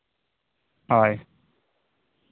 ᱦᱳᱭ